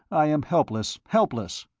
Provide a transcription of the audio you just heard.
i am helpless, helpless.